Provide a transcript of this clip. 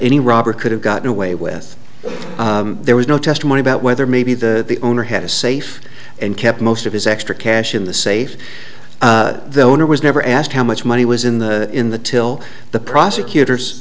any robber could have gotten away with there was no testimony about whether maybe the owner had a safe and kept most of his extra cash in the safe the owner was never asked how much money was in the in the till the prosecutors